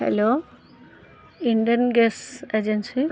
hello Indian gas agency